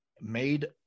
made